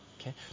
Okay